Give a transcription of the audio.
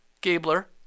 Gabler